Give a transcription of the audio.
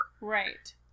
Right